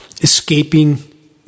Escaping